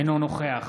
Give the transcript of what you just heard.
אינו נוכח